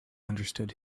understood